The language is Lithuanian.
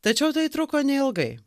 tačiau tai truko neilgai